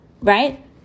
right